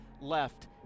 left